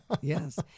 yes